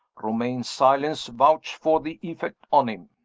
romayne's silence vouched for the effect on him.